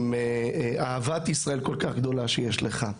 עם אהבת ישראל כל כך גדולה שיש לך,